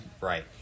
Right